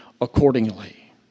accordingly